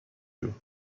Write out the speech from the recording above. you